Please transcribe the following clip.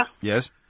Yes